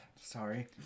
Sorry